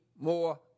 more